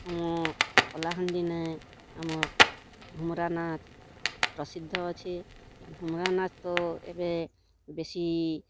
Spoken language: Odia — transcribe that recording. ମୁଁ କଳାହାଣ୍ଡିନେ ଆମର୍ ଘୁମୁରା ନାଚ୍ ପ୍ରସିଦ୍ଧ ଅଛି ଘୁମୁରା ନାଚ୍ ତ ଏବେ ବେଶୀ